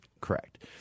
Correct